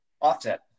Offset